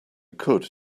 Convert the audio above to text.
could